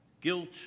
guilt